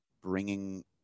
bringing